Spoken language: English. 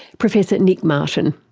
professor nick martin.